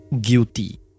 guilty